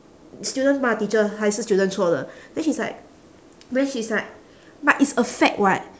students 骂 teacher 还是就认错了 then she's like then she's like but it's a fact [what]